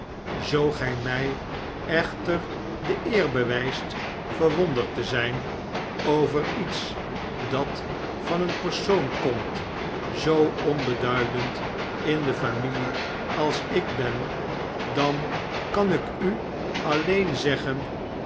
zoo gij mjj echter de eer bewyst verwonderd te zp over iets dat van een persoon komt zoo onbeduidend in de familife als ik ben dan kan ik u alleen zeggen